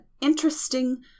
interesting